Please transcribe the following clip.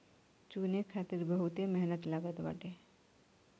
चुने खातिर बहुते मेहनत लागत बाटे